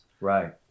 Right